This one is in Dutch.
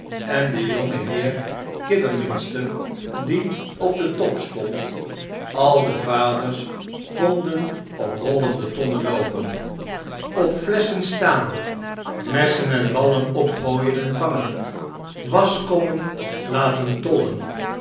en den jongenheer kidderminster die op den top stond al de vaders konden op rollende tonnen loopen op flesschen staan messen en ballen opgoojen en vangen waschkommen laten